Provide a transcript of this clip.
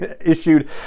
issued